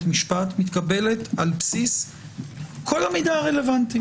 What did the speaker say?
משפט מתקבלת על בסיס כל המידע הרלוונטי